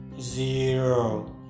zero